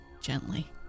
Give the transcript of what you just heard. Gently